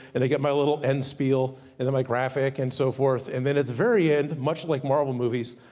and i get my little end spiel, and then my graphic and so forth. and then at the very end, much like marvel movies,